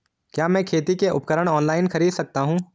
क्या मैं खेती के उपकरण ऑनलाइन खरीद सकता हूँ?